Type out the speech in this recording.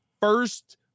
first